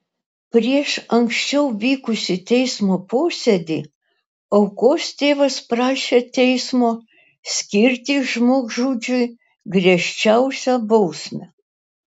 per anksčiau vykusį teismo posėdį aukos tėvas prašė teismo skirti žmogžudžiui griežčiausią bausmę